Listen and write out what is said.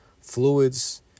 fluids